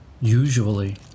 Usually